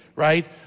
Right